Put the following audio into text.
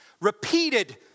repeated